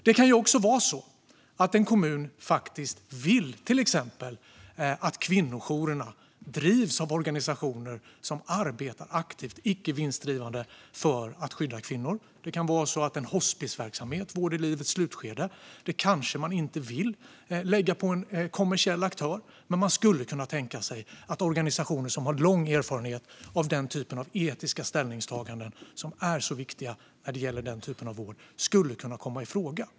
Det kan också vara så att en kommun faktiskt vill att till exempel kvinnojourerna drivs av organisationer som arbetar aktivt och icke vinstdrivande för att skydda kvinnor. Det kan kanske vara så att man inte vill lägga hospisverksamhet, vård i livets slutskede, på en kommersiell aktör men skulle kunna tänka sig att organisationer som har lång erfarenhet av den typ av etiska ställningstaganden som är så viktiga när det gäller den typen av vård skulle kunna komma i fråga.